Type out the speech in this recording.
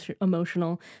emotional